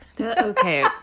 Okay